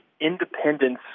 independence